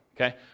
okay